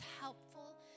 helpful